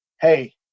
hey